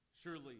Surely